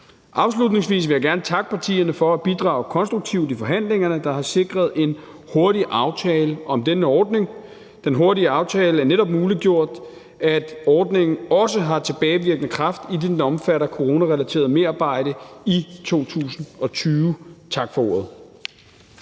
Afslutningsvis vil jeg gerne takke partierne for at bidrage konstruktivt i forhandlingerne, der har sikret en hurtig aftale om denne ordning. Den hurtige aftale har netop muliggjort, at ordningen også har tilbagevirkende kraft, idet den omfatter coronarelateret merarbejde i 2020. Tak for ordet.